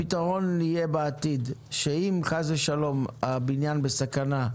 הפתרון בעתיד יהיה שאם, חס ושלום, הבניין בסכנה,